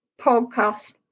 podcast